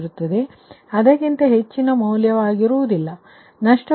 ಆದ್ದರಿಂದ ಈ ಭಾಗವು ಈಗ ನಿಮಗೆ ಅರ್ಥವಾಗುವಂತಹದ್ದಾಗಿದೆ ಇದು ಚಿತ್ರ 5 ರ ವಿವರಣೆ ಆಗಿದೆ